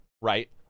right